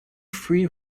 free